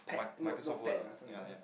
pad notepad uh something like that